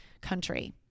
country